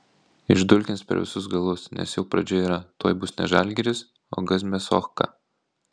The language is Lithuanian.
išdulkins per visus galus nes jau pradžia yra tuoj bus ne žalgiris o gazmiasochka